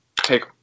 take